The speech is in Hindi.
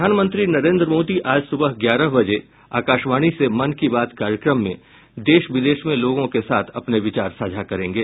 प्रधानमंत्री नरेन्द्र मोदी आज सुबह ग्यारह बजे आकाशवाणी से मन की बात कार्यक्रम में देश विदेश में लोगों के साथ अपने विचार साझा करेंगे